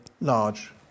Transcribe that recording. large